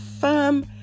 firm